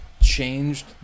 changed